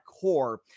core